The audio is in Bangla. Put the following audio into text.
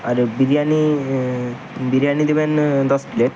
আর বিরিয়ানি বিরিয়ানি দেবেন দশ প্লেট